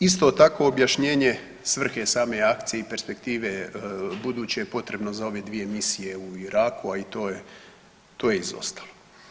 Isto tako objašnjenje svrhe same akcije i perspektive buduće je potrebno za ove dvije misije u Iraku, a i to, to je izostalo.